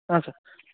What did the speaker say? ಹಾಂ ಸರ್